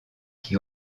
qui